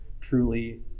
truly